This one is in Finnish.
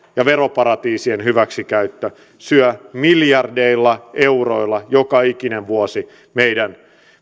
ja veroparatiisien hyväksikäyttö syö miljardeilla euroilla joka ikinen vuosi meidän